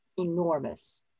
enormous